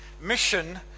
mission